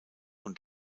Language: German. und